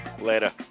Later